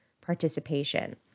participation